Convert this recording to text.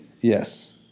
Yes